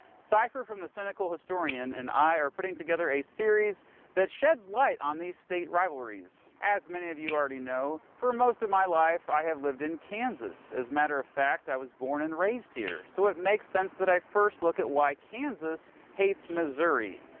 cypher from the cynical historian and i are putting together a series that sheds light on these state rivalries. as many of you already know, for most of my life, i have lived in kansas. as matter of fact, i was born and raised here. so it makes sense that that i first look at why kansas hates missouri.